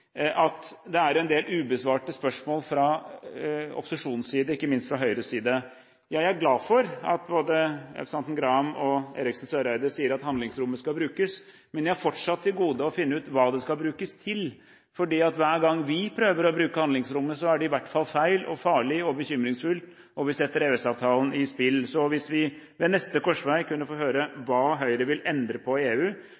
– er det en del ubesvarte spørsmål fra opposisjonens side, og ikke minst fra Høyres side. Jeg er glad for at både representanten Graham og representanten Eriksen Søreide sier at handlingsrommet skal brukes, men jeg har fortsatt til gode å finne ut hva det skal brukes til. For hver gang vi prøver å bruke handlingsrommet, så er det i hvert fall feil, og farlig, og bekymringsfullt – og vi «setter EØS-avtalen i spill». Så hvis vi, ved neste korsvei, kunne få høre